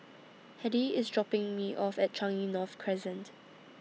Hedy IS dropping Me off At Changi North Crescent